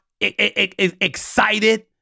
excited